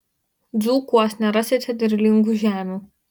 dzūkuos nerasite derlingų žemių